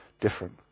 different